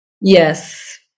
Yes